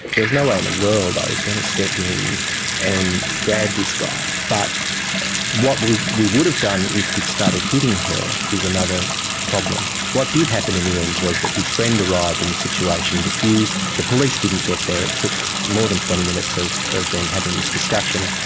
there was no way in the world i was going to step in and grab this guy. but what we we would have done if he had started hitting her is another problem. what did happen in the end was that his friend arrived and the situation diffused. the police didn't get there, it took more than twenty minutes of of them having this discussion,